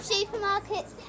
Supermarkets